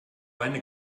eine